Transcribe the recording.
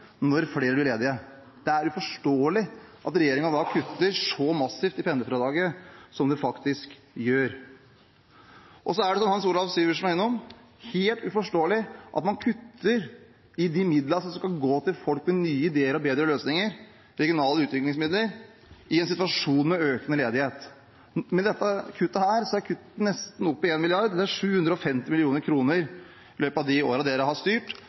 når flere blir ledige. Det er uforståelig at regjeringen da kutter så massivt i pendlerfradraget som de faktisk gjør. Så er det, som representanten Hans Olav Syversen var innom, helt uforståelig at man kutter i de midlene som skal gå til folk med nye ideer og bedre løsninger – regionale utviklingsmidler – i en situasjon med økende ledighet. Med dette er kuttet nesten oppe i 1 mrd. kr. Det er 750 mill. kr i løpet av de årene regjeringen har styrt.